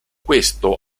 questo